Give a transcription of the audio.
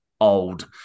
old